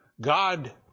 God